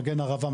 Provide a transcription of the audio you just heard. מגן ערבה,